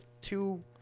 two